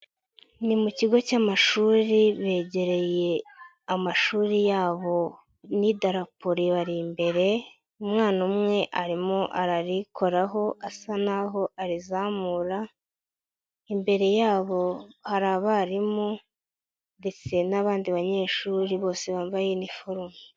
Ni mu kigo cy'amashuri begereye amashuri yabo n'idarapo ribari imbere, umwana umwe arimo ararikoraho asa naho arizamura, imbere yabo hari abarimu ndetse n'abandi banyeshuri bose bambaye iniforume.